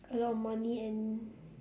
a lot of money and